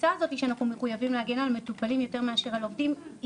התפיסה הזאת שאנחנו מחויבים להגן על מטופלים יותר מאשר על עובדים,